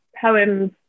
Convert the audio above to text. poems